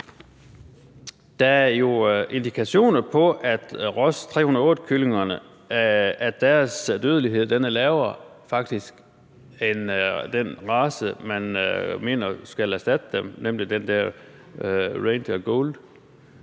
Der er jo indikationer på, at Ross 308-kyllingernes dødelighed faktisk er lavere end i den race, man mener skal erstatte dem, nemlig den der Ranger Gold.